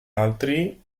altri